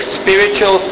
spiritual